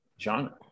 genre